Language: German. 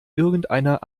irgendeiner